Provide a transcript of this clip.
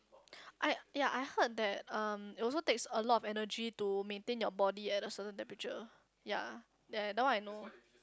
I ya I heard that um it also takes a lot of energy to maintain your body at a certain temperature ya that one I know